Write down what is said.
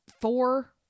four